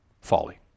folly